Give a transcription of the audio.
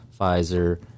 Pfizer